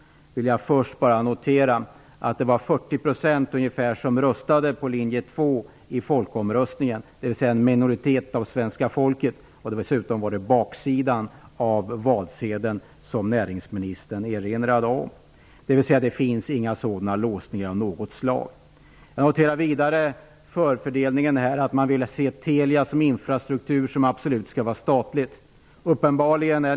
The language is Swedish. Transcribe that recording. Där vill jag först notera att det var ungefär 40 % som röstade på linje 2 i folkomröstningen. Det var en minoritet av det svenska folket. Det var dessutom baksidan av valsedeln som näringsministern erinrade om. Det finns alltså inga sådana låsningar av något slag. Jag noterar vidare att man vill se Telia som en infrastruktur som absolut skall vara statligt.